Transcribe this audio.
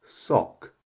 sock